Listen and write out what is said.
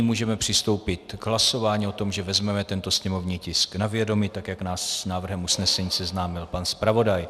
Můžeme přistoupit k hlasování o tom, že vezmeme tento sněmovní tisk na vědomí, tak jak nás s návrhem usnesení seznámil pan zpravodaj.